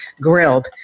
grilled